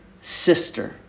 sister